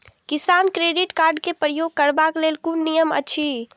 किसान credit card क प्रयोग करबाक लेल कोन नियम अछि?